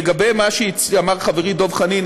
לגבי מה שאמר חברי דב חנין,